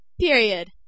Period